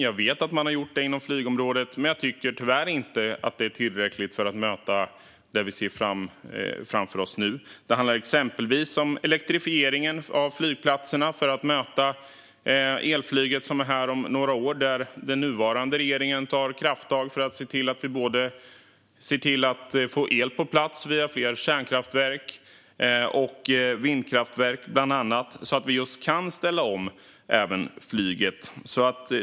Jag vet att ni har gjort det inom flygområdet, men jag tycker att det tyvärr inte är tillräckligt för att möta det vi ser framför oss nu. Det handlar exempelvis om elektrifieringen av flygplatserna för att möta elflyget, som är här om några år. Där tar den nuvarande regeringen krafttag för att se till att vi får el på plats, bland annat via fler kärnkraftverk och vindkraftverk, så att vi kan ställa om även flyget.